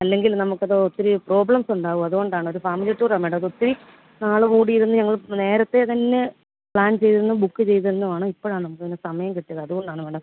അല്ലെങ്കിൽ നമുക്കത് ഒത്തിരി പ്രോബ്ലംസ് ഉണ്ടാവും അതുകൊണ്ടാണ് ഒരു ഫാമിലി ടൂറാണ് മേഡം ഇതൊത്തിരി നാൾ കൂടി ഇരുന്ന് ഞങ്ങൾ നേരത്തെ തന്നെ പ്ലാന് ചെയ്തിരുന്നതും ബുക്ക് ചെയ്തിരുന്നുമാണ് ഇപ്പോഴാണ് നമുക്കതിന് സമയം കിട്ടിയത് അതുകൊണ്ടാണ് മാഡം